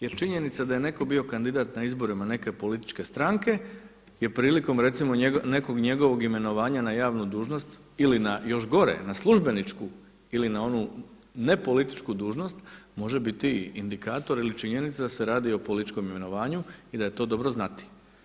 Jer činjenica da je netko bio kandidat na izborima neke političke stranke je prilikom recimo nekog njegovog imenovanja na javnu dužnost ili na još gore, na službeničku ili na onu nepolitičku dužnost može biti indikator ili činjenica da se radi o političkom imenovanju i da je to dobro znati.